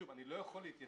שוב, אני לא יכול להתייחס